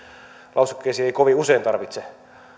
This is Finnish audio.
lausekkeisiin ei kovin usein tarvitse